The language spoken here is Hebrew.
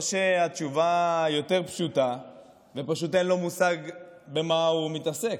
או שהתשובה יותר פשוטה ופשוט אין לו מושג במה הוא מתעסק.